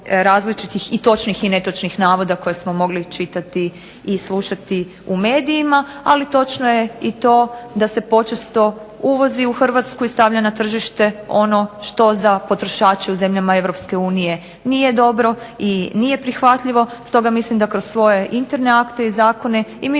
i točnih i netočnih navoda koje smo mogli čitati i slušati u medijima. Ali točno je i to da se počesto uvozi u Hrvatsku i stavlja na tržište ono što za potrošače u zemljama Europske unije nije dobro i nije prihvatljivo. Stoga mislim da kroz svoje interne akte i zakone i mi